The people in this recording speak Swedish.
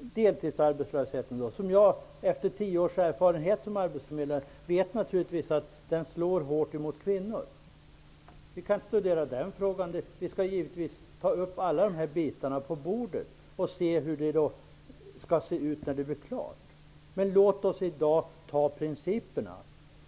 deltidsarbetslösheten! Jag vet naturligtvis, efter tio års erfarenhet såsom arbetsförmedlare, att den deltidsarbetslösheten slår hårt mot kvinnor. Den frågan bör studeras. Givetvis bör alla bitar finnas på bordet för att få en helhetsbild. Men låt oss i dag fatta beslut om principerna!